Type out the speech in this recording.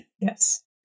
Yes